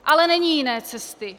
Ale není jiné cesty.